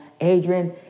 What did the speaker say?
Adrian